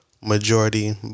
majority